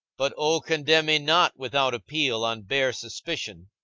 but o condemn me not, without appeal, on bare suspicion.